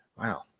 Wow